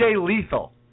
Lethal